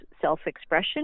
self-expression